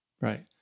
right